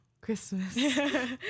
christmas